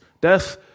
Death